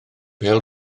pêl